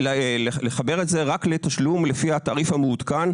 ולחבר את זה רק לתשלום לפי התעריף המעודכן,